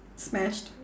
smashed